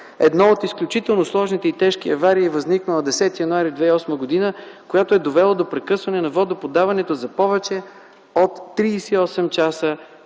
Една от изключително сложните и тежки аварии възникнала на 10 януари 2008 г., която е довела до прекъсване на водоподаването за повече от 38 часа